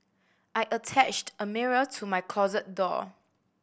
I attached a mirror to my closet door